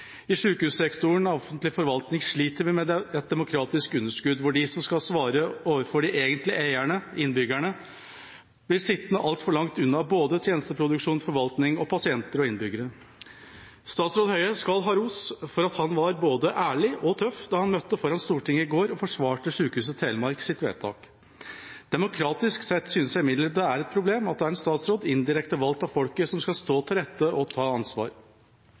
sykehussektoren av offentlig forvaltning sliter vi med et demokratisk underskudd, hvor de som skal svare overfor de egentlige eierne – innbyggene – blir sittende altfor langt unna både tjenesteproduksjon, forvaltning og pasienter og innbyggere. Statsråd Høie skal ha ros for at han var både ærlig og tøff da han møtte opp foran Stortinget i går og forsvarte vedtaket til Sykehuset Telemark. Demokratisk sett synes jeg imidlertid det er et problem at det er en statsråd, indirekte valgt av folket, som skal stå til rette og ta ansvar.